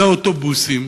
זה האוטובוסים